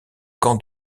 camp